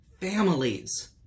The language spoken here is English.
families